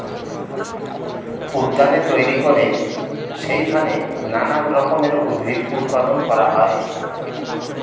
উদ্যানে তৈরি করে সেইখানে নানান রকমের উদ্ভিদ উৎপাদন করা হয়